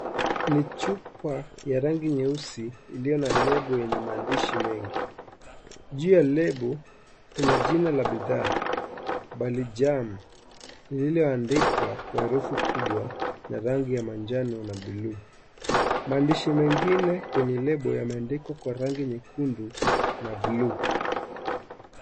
Ni chupa ya rangi nyeusi iliyo na label yenye maandishi mengi. Juu ya label kuna jina la bidhaa Balijaam lililoandikwa kwa herufi kubwa na rangi ya manjano na bluu. Maandishi mengine kwenye label yameandikwa kwa rangi nyekundu na bluu.